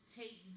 take